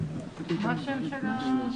מקווה.